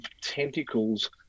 tentacles